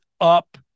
up